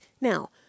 Now